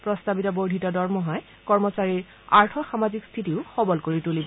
প্ৰস্তাৱিত বৰ্ধিত দৰমহাই কৰ্মচাৰীৰ আৰ্থসামাজিক স্থিতিও সবল কৰি তুলিব